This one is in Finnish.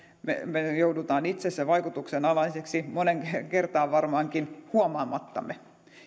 me me joudumme itse sen vaikutuksen alaisiksi moneen kertaan varmaankin huomaamattamme